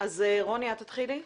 רוני, את תתחילי לקרוא.